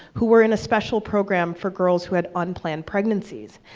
who were in a special program for girls who had unplanned pregnancies.